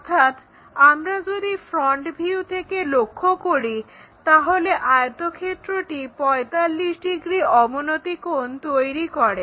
অর্থাৎ আমরা যদি ফ্রন্ট ভিউ থেকে লক্ষ্য করি তা হলে আয়তক্ষেত্রটি 45 ডিগ্রি অবনতি কোণ তৈরি করে